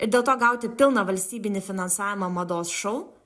ir dėl to gauti pilną valstybinį finansavimą mados šou